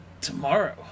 tomorrow